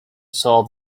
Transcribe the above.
solve